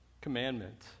commandment